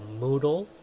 Moodle